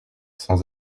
sans